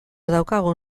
daukagun